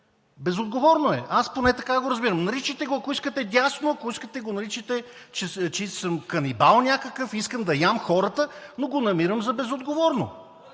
Безотговорно е! Аз поне така го разбирам. Наричайте го, ако искате, дясно, ако искате, го наричайте, че съм канибал някакъв и искам да ям хората, но го намирам за безотговорно!